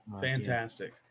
fantastic